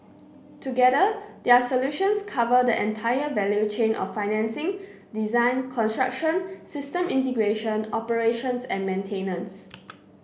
together their solutions cover the entire value chain of financing design construction system integration operations and maintenance